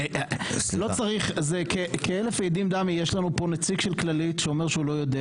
יש לנו פה נציג של כללית שאומר שהוא לא יודע